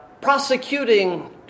prosecuting